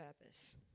purpose